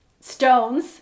Stones